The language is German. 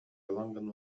langen